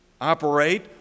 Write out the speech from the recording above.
operate